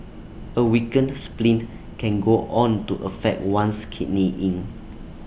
A weakened spleen can go on to affect one's Kidney Yin